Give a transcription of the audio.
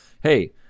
Hey